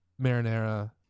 marinara